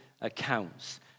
accounts